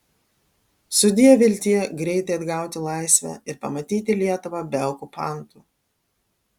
sudiev viltie greitai atgauti laisvę ir pamatyti lietuvą be okupantų